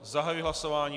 Zahajuji hlasování.